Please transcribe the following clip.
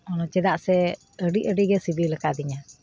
ᱪᱮᱫᱟᱜ ᱥᱮ ᱟᱹᱰᱤ ᱟᱹᱥᱤ ᱜᱮ ᱥᱤᱵᱤᱞ ᱟᱠᱟᱫᱤᱧᱟᱹ